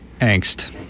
Angst